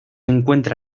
encuentra